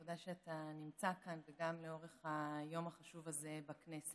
תודה שאתה נמצא כאן גם ליום החשוב הזה בכנסת.